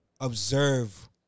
observe